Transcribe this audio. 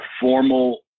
formal